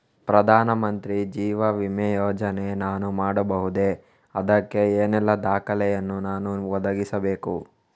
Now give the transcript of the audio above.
ಪ್ರಧಾನ ಮಂತ್ರಿ ಜೀವ ವಿಮೆ ಯೋಜನೆ ನಾನು ಮಾಡಬಹುದೇ, ಅದಕ್ಕೆ ಏನೆಲ್ಲ ದಾಖಲೆ ಯನ್ನು ನಾನು ಒದಗಿಸಬೇಕು?